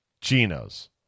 Geno's